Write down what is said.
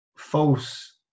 False